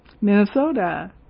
Minnesota